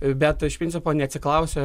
bet iš principo neatsiklausia